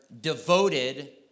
devoted